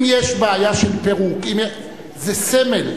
אם יש בעיה של פירוק, זה סמל.